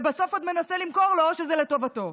ובסוף עוד מנסה למכור לו שזה לטובתו.